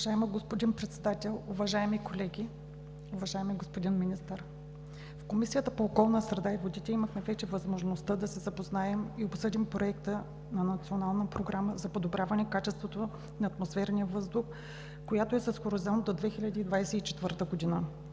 Уважаеми господин Председател, уважаеми колеги, уважаеми господин Министър! В Комисията по околната среда и водите имахме вече възможността да се запознаем и обсъдим Проекта на Национална програма за подобряване качеството на атмосферния въздух, която е с хоризонт до 2024 г.